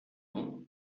long